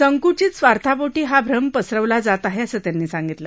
संकुचित स्वार्थापोटी हा भ्रम पसरवला जात आहे असं त्यांनी सांगितलं